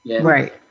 Right